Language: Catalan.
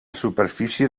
superfície